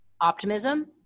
optimism